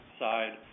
side